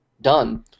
done